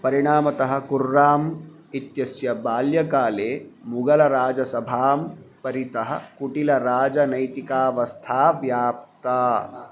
परिणामतः कुर्राम् इत्यस्य बाल्यकाले मुघलराजसभां परितः कुटिलराजनैतिकावस्था व्याप्ता